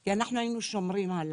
כי אנחנו היינו שומרים עליו.